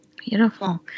Beautiful